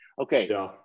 okay